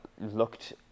looked